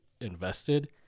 invested